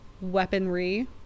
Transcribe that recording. weaponry